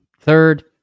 Third